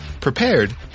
prepared